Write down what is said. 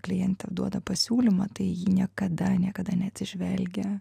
klientė duoda pasiūlymą tai ji niekada niekada neatsižvelgia